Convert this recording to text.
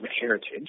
heritage